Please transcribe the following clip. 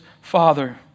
Father